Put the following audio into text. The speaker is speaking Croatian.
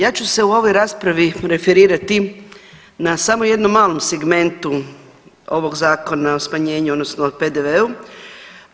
Ja ću se u ovoj raspravi referirati na samo jednom malom segmentu ovog Zakona o smanjenju, odnosno o PDV-u.